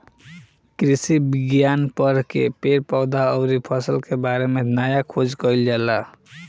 कृषि विज्ञान पढ़ के पेड़ पौधा अउरी फसल के बारे में नया खोज कईल जाला